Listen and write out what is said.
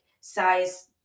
size